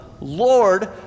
Lord